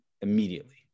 immediately